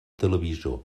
televisor